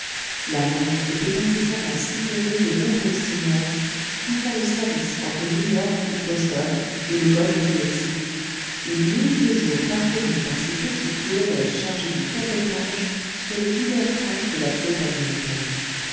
la mer était incessamment sillonnée de nombreux steamers qui font le service entre new york ou boston et le golfe du mexique et nuit et jour parcourue par ces petites goëlettes chargées du cabotage sur les divers points de la côte américaine